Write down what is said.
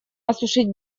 осушить